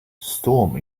storm